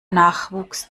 nachwuchs